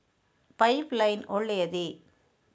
Pipe line ಒಳ್ಳೆಯದೇ?